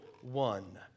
one